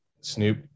Snoop